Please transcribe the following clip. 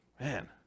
man